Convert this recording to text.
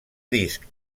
disc